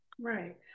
Right